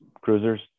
cruisers